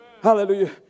Hallelujah